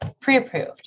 pre-approved